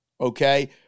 okay